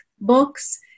books